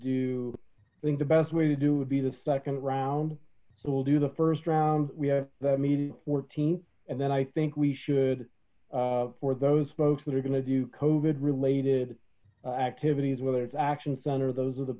i think the best way to do would be the second round so we'll do the first round we have that meeting fourteenth and then i think we should for those folks that are gonna duke ovid related activities whether it's action center those are the